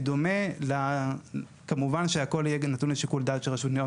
הם מדברים איתנו ואומרים